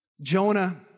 Jonah